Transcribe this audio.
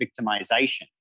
victimization